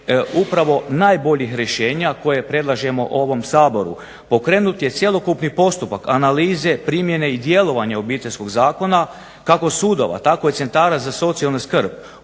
upravo najboljih rješenja koje predlažemo ovom Saboru, pokrenut je cjelokupni postupak analize primjene i djelovanja Obiteljskog zakona, kako sudova, tako i centara za socijalnu skrb,